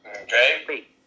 Okay